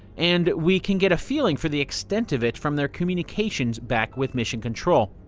and we can get a feeling for the extent of it from their communications back with mission control.